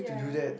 yeah